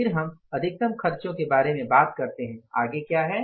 फिर हम अधिकतम खर्चों के बारे में बात करते हैं आगे क्या है